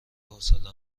حوصله